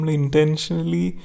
intentionally